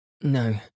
No